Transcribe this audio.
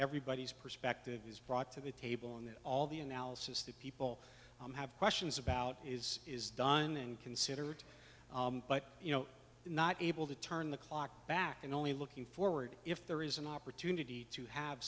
everybody's perspective is brought to the table and then all the analysis that people have questions about is is done and considered but you know not able to turn the clock back and only looking forward if there is an opportunity to have